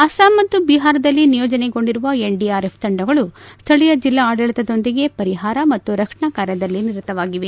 ಅಸ್ತಾಂ ಮತ್ತು ಬಿಹಾರದಲ್ಲಿ ನಿಯೋಜನೆಗೊಂಡಿರುವ ಎನ್ಡಿಆರ್ಎಫ್ ತಂಡಗಳು ಸ್ವೀಯ ಜಲ್ಲಾಡಳತದೊಂದಿಗೆ ಪರಿಹಾರ ಮತ್ತು ರಕ್ಷಣಾ ಕಾರ್ಯದಲ್ಲಿ ನಿರತವಾಗಿವೆ